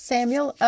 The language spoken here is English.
Samuel